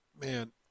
man